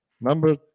number